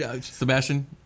Sebastian